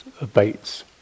abates